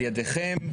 על ידיכם?